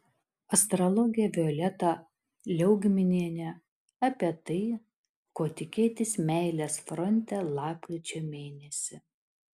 astrologė violeta liaugminienė apie tai ko tikėtis meilės fronte lapkričio mėnesį